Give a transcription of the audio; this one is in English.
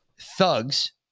thugs